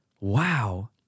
wow